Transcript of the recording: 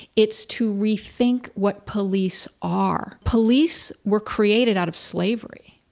it's to rethink what police are. police were created out of slavery,